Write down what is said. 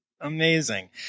Amazing